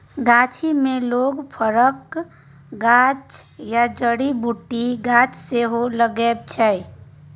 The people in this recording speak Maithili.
गाछी मे लोक फरक गाछ या जड़ी बुटीक गाछ सेहो लगबै छै